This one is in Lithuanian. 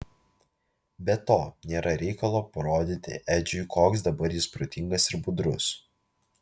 be to nėra reikalo parodyti edžiui koks dabar jis protingas ir budrus